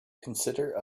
consider